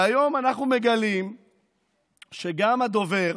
היום אנחנו מגלים שגם הדובר